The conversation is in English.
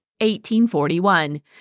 1841